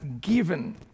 given